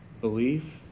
Belief